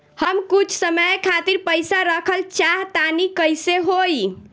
हम कुछ समय खातिर पईसा रखल चाह तानि कइसे होई?